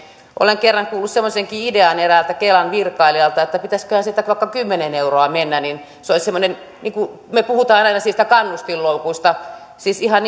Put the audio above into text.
olen kerran kuullut semmoisenkin idean eräältä kelan virkailijalta että pitäisiköhän siitä vaikka kymmenen euroa mennä niin se olisi semmoinen kun me puhumme aina niistä kannustinloukuista niin tämä siis ihan